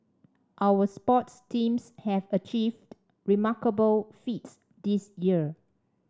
our sports teams have achieved remarkable feats this year